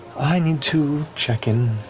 i need to check in,